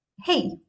hey